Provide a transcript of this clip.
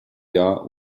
jahr